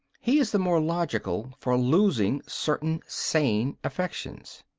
he is the more logical for losing certain sane affections.